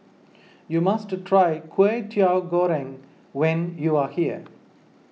you must try Kway Teow Goreng when you are here